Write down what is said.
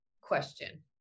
question